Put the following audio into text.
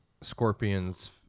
Scorpion's